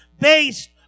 based